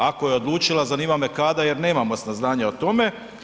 Ako je odlučila zanima me kada jer nemamo saznanja o tome.